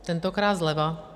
Tentokrát zleva.